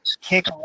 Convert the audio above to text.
kick